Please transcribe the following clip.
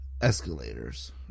escalators